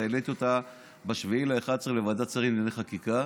העליתי אותה ב-7 בנובמבר לוועדת שרים לענייני חקיקה,